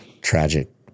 Tragic